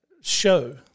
show